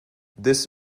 this